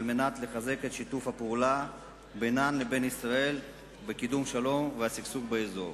מנת לחזק את שיתוף הפעולה בינן לבין ישראל בקידום השלום והשגשוג באזור.